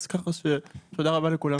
כך שתודה רבה לכולם.